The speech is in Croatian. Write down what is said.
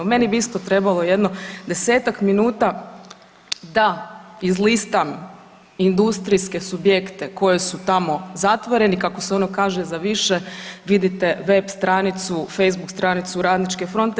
Meni bi isto trebalo jedno desetak minuta da izlistam industrijske subjekte koji su tamo zatvoreni kako se ono kaže za više vidite web stranicu, facebook stranicu Radničke fronte.